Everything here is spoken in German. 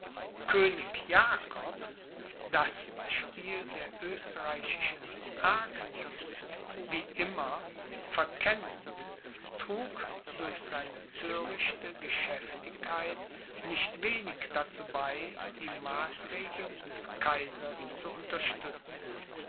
das spiel der österreichischen arglist wie immer trug durch seine thörichte geschäftigkeit nicht wenig dazu bei die maßregeln des kaisers zu unterstützen